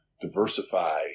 diversify